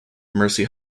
mercy